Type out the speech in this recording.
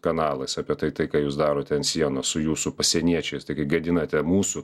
kanalais apie tai tai ką jūs darote ant sienų su jūsų pasieniečiais taigi gadinate mūsų